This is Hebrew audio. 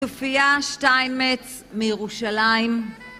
סופיה שטיינמץ מירושלים